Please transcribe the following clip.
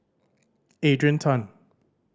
Adrian Tan